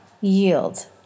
Yield